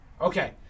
Okay